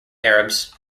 arabs